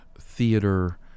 theater